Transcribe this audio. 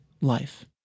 life